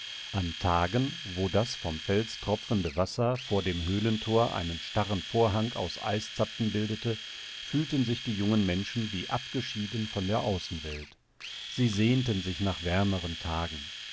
an tagen wo das vom fels tropfende wasser vor dem höhlentor einen starren vorhang aus eiszapfen bildete fühlten sich die jungen menschen wie abgeschieden von der außenwelt sie sehnten sich nach wärmeren tagen